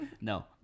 no